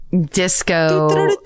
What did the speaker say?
Disco